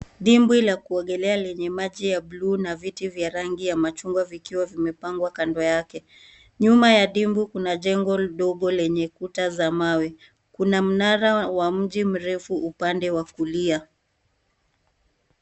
Dimbwi la kuogelea lenye maji ya bluu na viti vya rangi ya machungwa vikiwa vimepangwa kando yake. Nyuma ya dimbwi kuna jengo ndogo lenye kuta za mawe. Kuna mnara wa mji mrefu upande wa kulia.